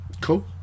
Cool